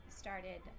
started